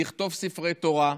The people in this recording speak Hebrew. נכתוב ספרי תורה,